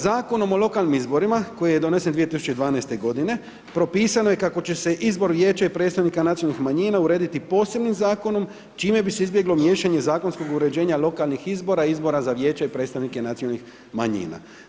Zakonom o lokalnim izborima koji je donesen 2012.g. propisano je kako će se izbor vijeća i predstavnika nacionalnih manjina urediti posebnim zakonom čime bi se izbjeglo miješanje zakonskog uređenja lokalnih izbora i izbora za vijeće i predstavnike nacionalnih manjina.